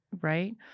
right